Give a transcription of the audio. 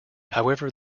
however